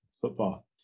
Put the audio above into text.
football